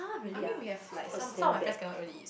I mean we have like some some of my friends cannot really eat